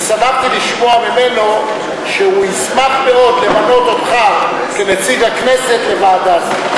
ושמחתי לשמוע ממנו שהוא ישמח מאוד למנות אותך כנציג הכנסת לוועדה זו.